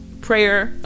prayer